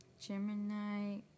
Gemini